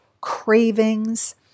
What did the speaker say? cravings